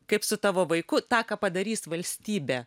kaip su tavo vaiku tą ką padarys valstybė